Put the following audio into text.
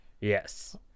Yes